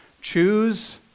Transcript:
choose